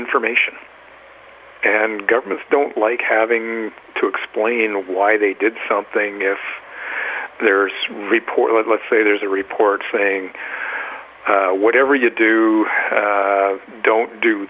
information and governments don't like having to explain why they did something if there's reported let's say there's a report saying whatever you do don't do